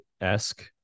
esque